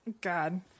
God